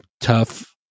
tough